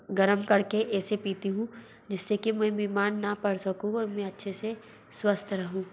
गर्म कर के ऐसे पीती हूँ जिस से कि मैं बीमार ना पड़ सकूँ और मैं अच्छे से स्वस्थ रहूँ